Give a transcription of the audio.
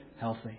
healthy